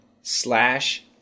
slash